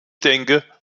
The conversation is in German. denke